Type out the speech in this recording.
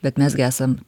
bet mes gi esam